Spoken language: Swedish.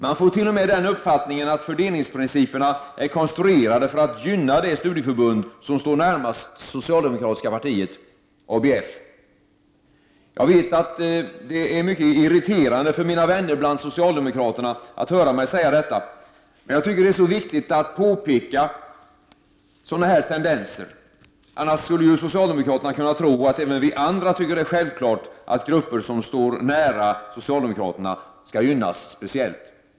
Man får t.o.m. den uppfattningen att fördelningsprinciperna är konstruerade för att gynna det studieförbund som står närmast det socialdemokratiska partiet, nämligen ABF. Jag vet att det är mycket irriterande för mina vänner bland socialdemokraterna att höra mig säga detta, men jag tycker att det är viktigt att påpeka sådana här tendenser. Annars skulle ju socialdemokraterna kunna tro att även vi andra tycker att det är självklart att grupper som står nära socialdemokraterna skall gynnas speciellt.